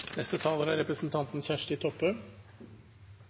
Neste taler er